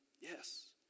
Yes